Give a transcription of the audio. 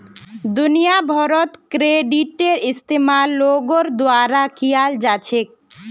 दुनिया भरत क्रेडिटेर इस्तेमाल लोगोर द्वारा कियाल जा छेक